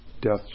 death